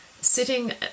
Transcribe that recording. Sitting